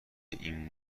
این